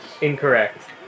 Incorrect